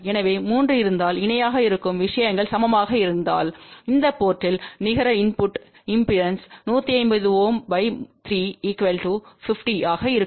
எனவே 3 இருந்தால் இணையாக இருக்கும் விஷயங்கள் சமமாக இருந்தால் இந்த போர்ட்த்தில் நிகர இன்புட்டு இம்பெடன்ஸ் 150 Ω 3 50 ஆக இருக்கும்